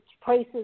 prices